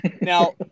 Now